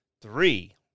Three